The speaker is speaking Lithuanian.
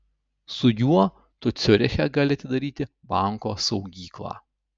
su juo tu ciuriche gali atidaryti banko saugyklą